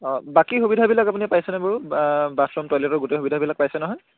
অঁ বাকী সুবিধাবিলাক আপুনি পাইছেনে বাৰু বাথৰুম টয়লেটৰ গোটেই সুবিধাবিলাক পাইছে নহয়